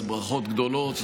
אז ברכות גדולות.